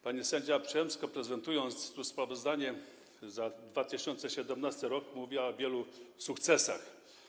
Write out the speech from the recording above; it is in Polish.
Pani sędzia Przyłębska, prezentując sprawozdanie za 2017 r., mówiła o wielu sukcesach.